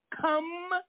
Come